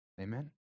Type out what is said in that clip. Amen